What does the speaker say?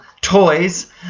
toys